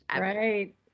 Right